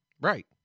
Right